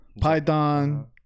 python